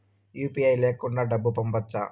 UPI లేకుండా డబ్బు పంపొచ్చా